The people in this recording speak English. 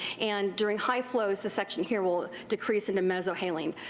and during high flows the section here will decrease into mesohaline.